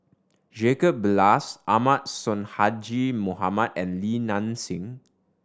Jacob Ballas Ahmad Sonhadji Mohamad and Li Nanxing